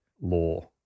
law